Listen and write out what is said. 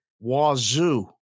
Wazoo